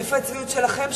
איפה הצביעות שלכם,